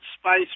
spice